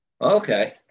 Okay